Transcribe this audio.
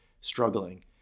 struggling